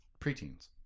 preteens